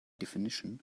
definition